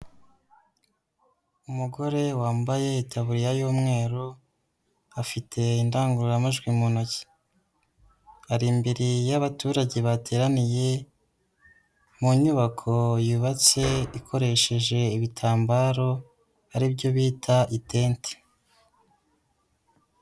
Umugore wambaye itaburiya y'umweru, afite indangururamajwi mu ntoki. Ari imbere y'abaturage bateraniye mu nyubako yubatse ikoresheje ibitambaro, ari byo bita itente.